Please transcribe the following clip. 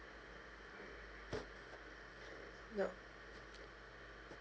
no